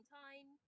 time